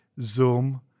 Zoom